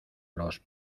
los